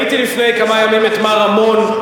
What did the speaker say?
ראיתי לפני כמה ימים את מר רמון,